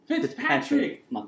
Fitzpatrick